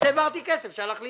אז העברתי כסף שהלך לאיבוד.